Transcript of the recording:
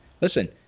Listen